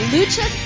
Lucha